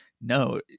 no